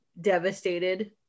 devastated